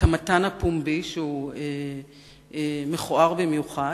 יש מתן פומבי, שהוא מכוער במיוחד,